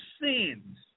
sins